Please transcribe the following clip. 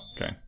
okay